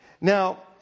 Now